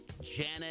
Janet